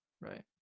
Right